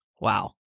wow